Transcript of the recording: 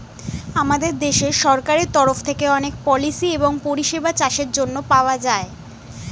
আমাদের দেশের সরকারের তরফ থেকে অনেক পলিসি এবং পরিষেবা চাষের জন্যে পাওয়া যায়